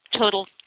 total